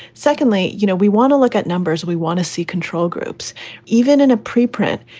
secondly, you know, we want to look at numbers. we want to see control groups even in a preprint.